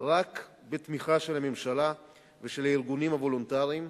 רק בתמיכה של הממשלה ושל הארגונים הוולונטריים,